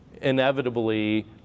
inevitably